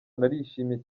narishimye